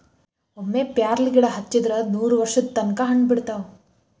ಒಮ್ಮೆ ಪ್ಯಾರ್ಲಗಿಡಾ ಹಚ್ಚಿದ್ರ ನೂರವರ್ಷದ ತನಕಾ ಹಣ್ಣ ಬಿಡತಾವ